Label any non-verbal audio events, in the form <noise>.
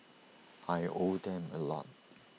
<noise> I owe them A lot